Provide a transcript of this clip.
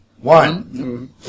one